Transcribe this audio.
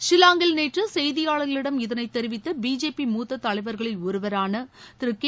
ஷில்லாங்கில் நேற்று செய்தியாளர்களிடம் இதனைத் தெரிவித்த பிஜேபி மூத்த தலைவர்களில் ஒருவராள கே